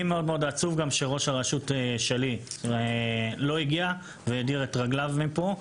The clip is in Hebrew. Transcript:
לי מאוד מאוד עצוב גם שראש הרשות שלי לא הגיע והדיר את רגליו מפה.